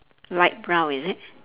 light brown is it